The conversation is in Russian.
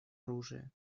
оружия